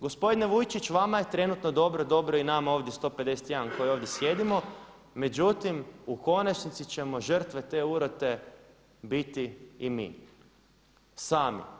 Gospodine Vujčić vama je trenutno dobro, dobro je i nama ovdje 151 koji ovdje sjedimo međutim u konačnici ćemo žrtve te urote biti i mi sami.